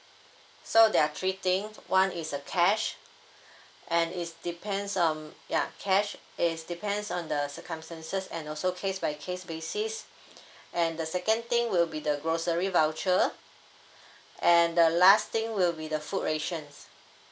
so there are three thing one is uh cash and is depends um ya cash is depends on the circumstances and also case by case basis and the second thing will be the grocery voucher and the last thing will be the food rations